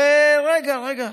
רגע, רגע.